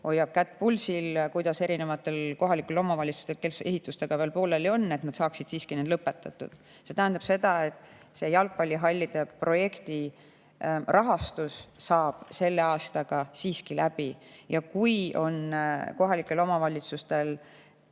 hoiab kätt pulsil [ja jälgib] erinevaid kohalikke omavalitsusi, kel ehitus veel pooleli on, et nad saaksid siiski selle lõpetatud. See tähendab seda, et jalgpallihallide projekti rahastus saab selle aastaga siiski läbi. Kui kohalikel omavalitsustel